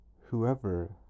whoever